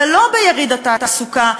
ולא ביריד התעסוקה,